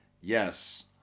Yes